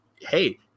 hey